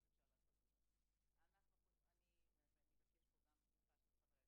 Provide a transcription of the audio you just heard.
השעה 10:01. אני פותחת את ישיבת ועדת העבודה,